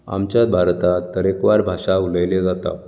आमच्या भारताक तरेकवार भाशा उलयल्यो जातात